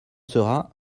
sera